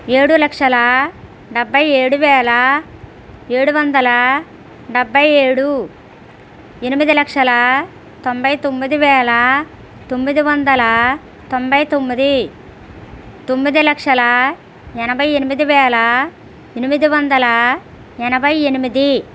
ఏడు లక్షల డెబ్బై ఏడు వేల ఏడు వందల డెబ్భై ఏడు ఎనిమిది లక్షల తొంభై తొమ్మిది వేల తొమ్మిది వందల తొంభై తొమ్మిది తొమ్మిది లక్షల ఎనభై ఎనిమిది వేల ఎనిమిది వందల ఎనభై ఎనిమిది